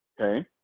Okay